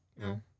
No